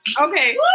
okay